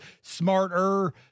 Smarter